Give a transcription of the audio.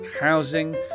housing